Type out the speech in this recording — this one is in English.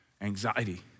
anxiety